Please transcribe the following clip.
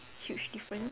huge different